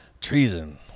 treason